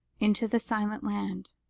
into the silent land.